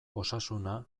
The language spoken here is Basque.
osasuna